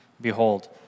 Behold